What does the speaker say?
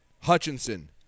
Hutchinson